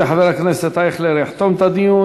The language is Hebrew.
וחבר הכנסת אייכלר יחתום את הדיון.